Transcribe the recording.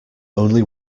only